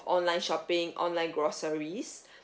online shopping online groceries